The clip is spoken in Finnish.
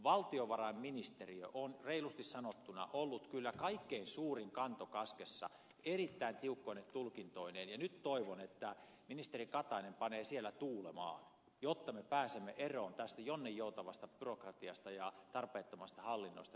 valtiovarainministeriö on reilusti sanottuna ollut kyllä kaikkein suurin kanto kaskessa erittäin tiukkoine tulkintoineen ja nyt toivon että ministeri katainen panee siellä tuulemaan jotta me pääsemme eroon tästä jonninjoutavasta byrokratiasta ja tarpeettomasta hallinnosta